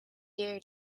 zeer